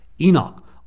Enoch